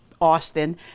Austin